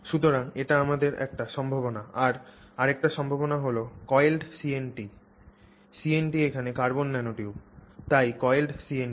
সুতরাং এটি আমাদের একটা সম্ভাবনা আর একটি সম্ভাবনা হল coiled CNT CNT এখানে কার্বন ন্যানোটিউব তাই coiled CNT